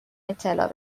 اطلاع